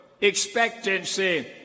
Expectancy